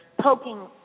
poking